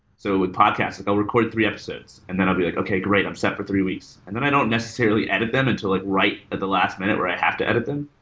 so with podcast, if i'll record three episodes, and then i'll be, like okay. great. i'm set for three weeks, and then i don't necessarily edit them until right at the last minute where i have to edit them.